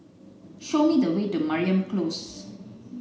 show me the way to Mariam Close